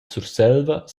surselva